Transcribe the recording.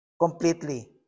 completely